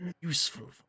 useful